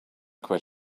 quit